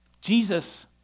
Jesus